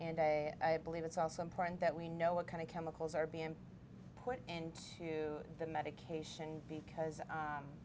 and i believe it's also important that we know what kind of chemicals are being put into the medication because